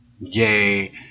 yay